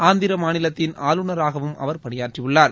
ஆந்திர மாநிலத்தின் ஆளுநராகவும் அவர் பணியாற்றியுள்ளார்